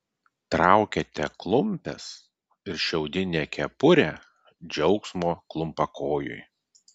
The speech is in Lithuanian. traukiate klumpes ir šiaudinę kepurę džiaugsmo klumpakojui